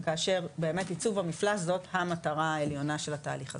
כאשר באמת ייצוב המפלס זאת המטרה העליונה של התהליך הזה.